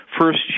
first